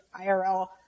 IRL